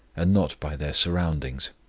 and not by their surroundings.